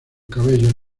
cabello